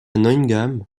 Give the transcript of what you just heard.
neuengamme